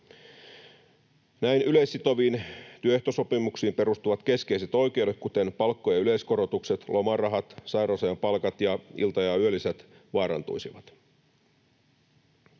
Näin yleissitoviin työehtosopimuksiin perustuvat keskeiset oikeudet, kuten palkkojen yleiskorotukset, lomarahat, sairausajan palkat ja ilta- ja yölisät vaarantuisivat.